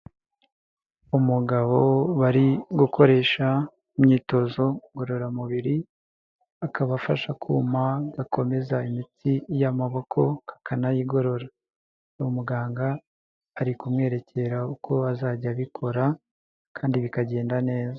Umugabo bari gukoresha imyitozo ngororamubiri, akaba afashe akuma gakomeza imitsi y'amaboko akakanayigorora, umuganga ari kumwerekera uko azajya abikora kandi bikagenda neza.